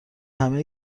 همه